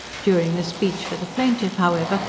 during the speech for the plaintiff, however,